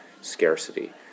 scarcity